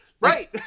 Right